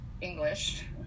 English